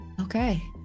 Okay